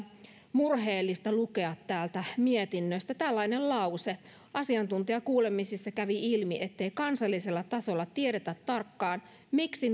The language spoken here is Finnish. murheellista lukea täältä mietinnöstä tällainen lause asiantuntijakuulemisissa kävi ilmi ettei kansallisella tasolla tiedetä tarkkaan miksi